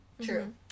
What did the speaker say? true